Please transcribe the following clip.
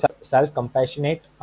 self-compassionate